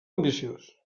ambiciós